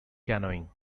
canoeing